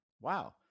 Wow